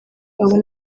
abona